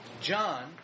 John